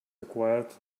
acquired